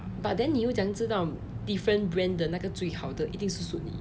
but then 你又怎样知道 different brand 的那个最好的一定是 suit 你